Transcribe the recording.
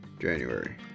January